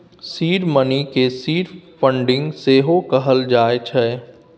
seed money केँ seed funding सेहो कहल जाइ छै